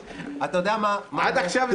אתה יודע מה --- עד עכשיו זה ככה היה.